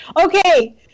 Okay